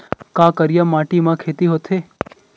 का करिया माटी म खेती होथे?